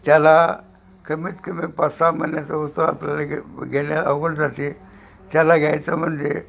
त्याला कमीत कमी पाच सहा महिन्याचा उचलून आपल्याला घे घेणे अवघड जाते त्याला घ्यायचं म्हणजे